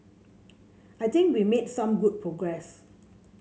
I think we made some good progress